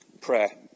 Prayer